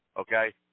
okay